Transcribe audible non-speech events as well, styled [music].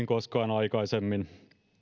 [unintelligible] koskaan aikaisemmin